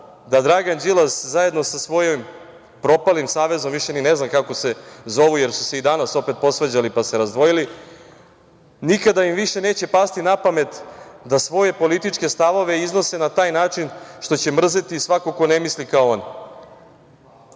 da Dragan Đilas zajedno sa svojim propalim savezom, više ni ne znam kako se zovu, jer su se i danas opet posvađali pa se razdvojili, nikada im više neće pasti napamet da svoje političke stavove iznose na taj način što će mrzeti svakog ko ne misli kao